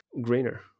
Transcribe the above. greener